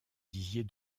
disiez